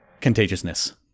contagiousness